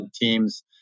teams